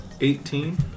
Eighteen